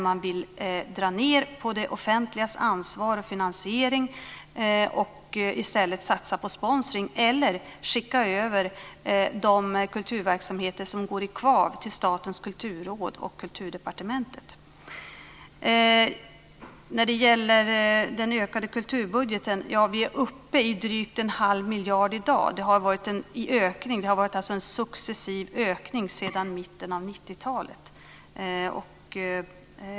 Man vill dra ned på det offentligas ansvar och finansiering och i stället satsa på sponsring eller skicka över de kulturverksamheter som går i kvav till Statens kulturråd och Kulturdepartementet. Sedan var det frågan om den ökade kulturbudgeten. Vi är uppe i en dryg halv miljard i dag. Det har varit en successiv ökning sedan mitten av 90-talet.